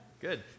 Good